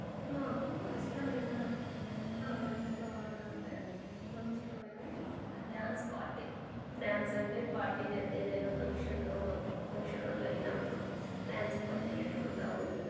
మాకు ఇష్టమైన ఆ ఇంట్లో అంటే మాకిష్టమైన డ్యాన్స్ పార్టీ డ్యాన్స్ అంటే పార్టీ జ ఏదైనా ఫంక్షన్లో మాకు ఫంక్షన్లో జరిగినప్పుడు డ్యాన్స్ పార్టీ పెట్టుకుంటాము